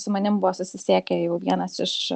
su manim buvo susisiekę jau vienas iš